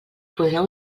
podreu